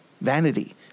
vanity